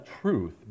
truth